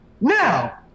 Now